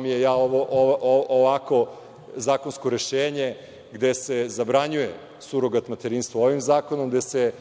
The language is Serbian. mi je, ja ovakvo zakonsko rešenje gde se zabranjuje surogat materinstvo ovim zakonom, gde se